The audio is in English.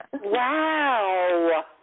Wow